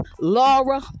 Laura